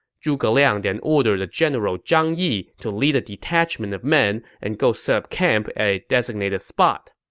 zhuge liang then ordered the general zhang yi to lead a detachment of men and go set up camp at a designated spot.